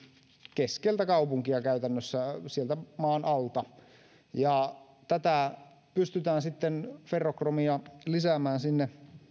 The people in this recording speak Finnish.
keskeltä kemin kaupunkia käytännössä sieltä maan alta tätä ferrokromia pystytään sitten lisäämään sinne